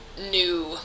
new